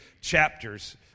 chapters